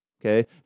Okay